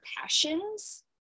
passions